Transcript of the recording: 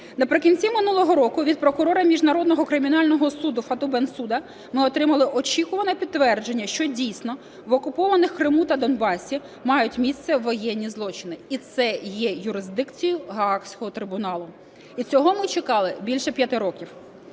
Наприкінці минулого року від прокурора Міжнародного кримінального суду Фату Бенсуда ми отримали очікуване підтвердження, що дійсно в окупованих Криму та Донбасі мають місце воєнні злочини і це є юрисдикцією Гаазького трибуналу, і цього ми чекали більше 5 років.